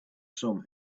some